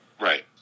Right